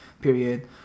period